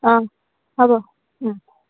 অঁ হ'ব